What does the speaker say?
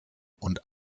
und